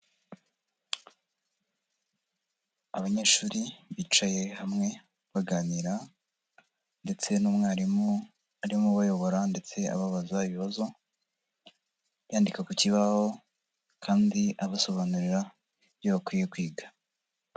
Abanyeshuri bicaye hamwe baganira ndetse n'umwarimu arimo ubayobora ndetse ababaza ibibazo, yandika ku kibaho kandi abasobanurira ibyo bakwiye kwiga.